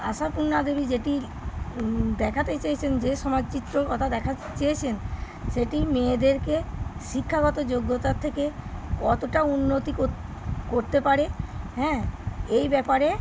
আশাপূর্ণা দেবী যেটি দেখাতে চেয়েছেন যে সমাজচিত্রর কথা দেখাতে চেয়েছেন সেটি মেয়েদেরকে শিক্ষাগত যোগ্যতার থেকে কতটা উন্নতি করতে পারে হ্যাঁ এই ব্যাপারে